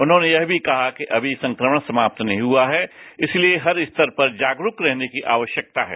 उन्होंने यह मी कहा कि अमी संक्रमण समाप्त नहीं हुआ है इसलिए हर स्तर पर जागरूक रहने की आवश्यकता है